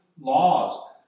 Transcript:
laws